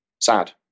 sad